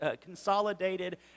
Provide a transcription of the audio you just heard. consolidated